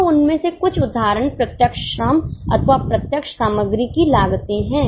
तो उनमें से कुछ उदाहरण प्रत्यक्ष श्रम अथवा प्रत्यक्ष सामग्री की लागतें हैं